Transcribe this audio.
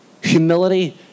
Humility